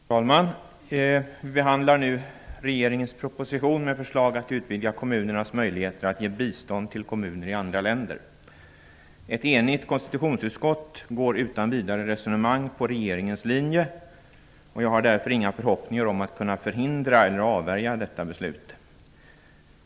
Herr talman! Vi behandlar nu regeringens proposition med förslag att utvidga kommunernas möjligheter att ge bistånd till kommuner i andra länder. Ett enigt konstitutionsutskott går utan vidare resonemang på regeringens linje. Jag har därför inga förhoppningar om att kunna förhindra eller avvärja detta beslut.